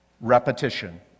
repetition